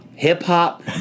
hip-hop